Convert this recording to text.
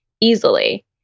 easily